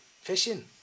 Fishing